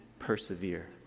Persevere